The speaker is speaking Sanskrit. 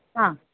ह